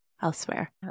elsewhere